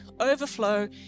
overflow